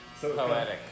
Poetic